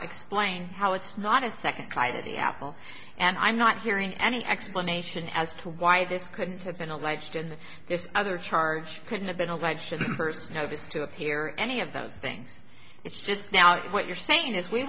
explain how it's not a second apple and i'm not hearing any explanation as to why this couldn't have been alleged in this other charge couldn't have been alleged in the first notice to appear or any of those things it's just now what you're saying is we